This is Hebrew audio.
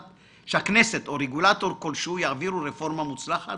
או רגולטור כלשהו יעבירו רפורמה מוצלחת